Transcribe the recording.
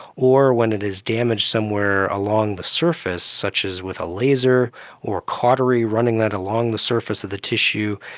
or when it is damaged somewhere along the surface, such as with a laser or a cautery, running that along the surface of the tissue,